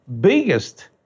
biggest